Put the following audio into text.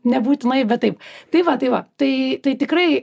nebūtinai bet taip tai va tai va tai tai tikrai